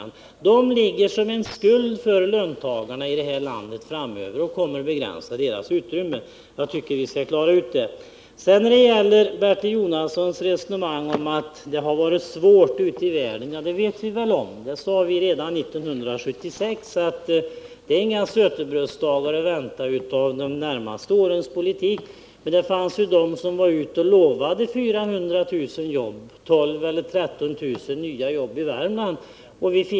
De lånen ligger som en skuld som löntagarna i det här landet har att betala framöver och som kommer att begränsa deras löneutrymme. Jag tycker vi skall ha det klart för oss. Bertil Jonasson säger att det har varit svårt ute i världen. Ja, det vi om. Vi sade redan 1976 att det inte var några sötebrödsdagar att vänta av de närmaste årens politik. Men det fanns de som var ute och lovade 400 000 nya jobb, varav 12 000-13 000 i Värmland.